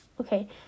Okay